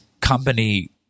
company